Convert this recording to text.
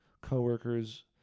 coworkers